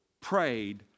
prayed